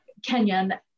Kenyan